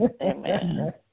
Amen